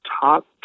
top